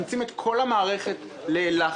מכניסים את כל המערכת ללחץ,